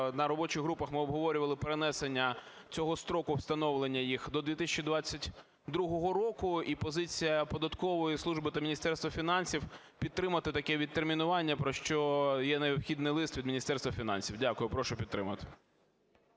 на робочих групах ми обговорювали перенесення цього строку встановлення їх до 2022 року. І позиція податкової служби та Міністерства фінансів – підтримати таке відтермінування, про що є необхідний лист від Міністерства фінансів. Дякую. Прошу підтримати.